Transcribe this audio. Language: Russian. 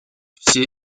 все